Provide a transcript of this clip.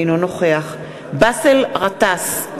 אינו נוכח באסל גטאס,